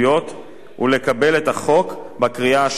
את החוק בקריאה שנייה ובקריאה שלישית.